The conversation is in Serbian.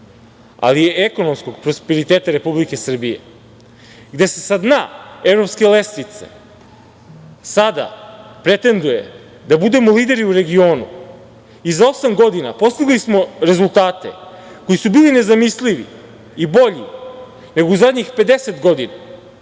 ali i ekonomskog prosperiteta Republike Srbije, gde se sa dna evropske lestvice sada pretenduje da budemo lideri u regionu i za osam godina postigli smo rezultate koji su bili nezamislivi i bolji nego u zadnjih 50 godina,